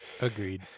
agreed